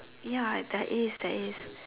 ya there is there is